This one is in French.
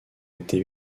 été